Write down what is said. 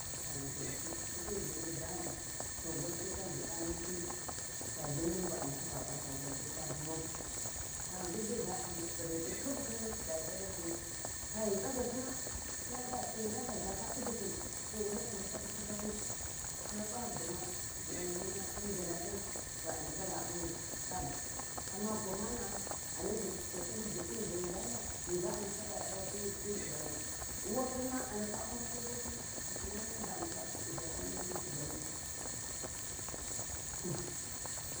Tabu dibakwi jiɓɓi boni lthaltha can gwa sai ta gyida nasi ta dinna bu a ndaka p’a tasi ca gwalfu ta ghuamau ta ngingiyi ba’a tsigiti kib khin e’ac’allasi taghi tsagasima t’e hiya da zaba injiki, to wanai ai ndaka di fakati ta p’a gma ngalamuna ghi. Khun njalakhi a ndaka da umau amma gwamana’a ghani bu shekai jiɓɓi boni lthaltha mi ba a ndaka da dawa ti subana wuwakhi ma a ndaku uma ti wundakhi a Sinna yani bu a ndaka zhawali te bu banu.